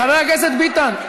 חבר הכנסת ביטן,